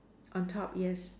on top yes